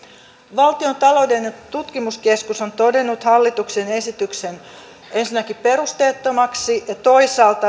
valtion taloudellinen tutkimuskeskus on todennut hallituksen esityksen ensinnäkin perusteettomaksi ja toisaalta